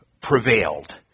prevailed